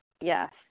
Yes